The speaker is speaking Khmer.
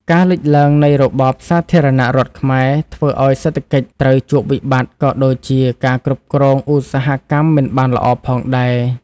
ការលេចឡើង នៃរបបសាធារណរដ្ឋខ្មែរ ធ្វើឲ្យសេដ្ឋកិច្ច ត្រូវជួបវិបត្ត ក៏ដូចជាការគ្រប់គ្រងឧស្សាហកម្មមិនបានល្អផងដែរ។